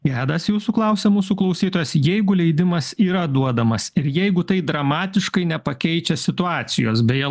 gedas jūsų klausia mūsų klausytojas jeigu leidimas yra duodamas ir jeigu tai dramatiškai nepakeičia situacijos beje